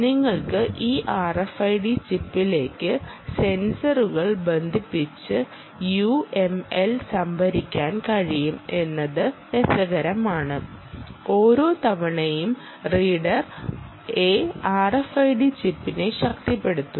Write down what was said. നിങ്ങൾക്ക് ഈ RFID ചിപ്പിലേക്ക് സെൻസറുകൾ ബന്ധിപ്പിച്ച് UML സംഭരിക്കാൻ കഴിയും എന്നത് രസകരമാണ് ഓരോ തവണയും റീഡർ A RFID ചിപ്പിനെ ശക്തിപ്പെടുത്തുന്നു